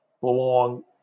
belong